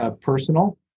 personal